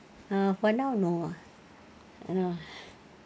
ah for now no ah